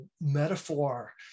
metaphor